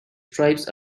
tribes